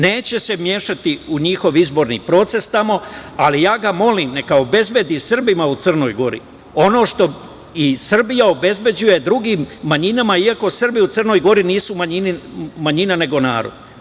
Neće se mešati u njihov izborni proces tamo, ali ja ga molim, neka obezbedi Srbima u Crnoj Gori ono što i Srbija obezbeđuje drugim manjinama, iako Srbi u Crnoj Gori nisu manjina nego narod.